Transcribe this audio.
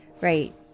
right